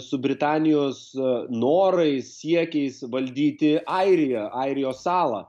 su britanijos norais siekiais valdyti airiją airijos salą